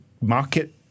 market